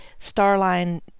Starline